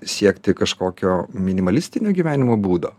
siekti kažkokio minimalistinio gyvenimo būdo